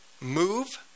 move